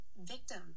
victim